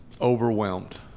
overwhelmed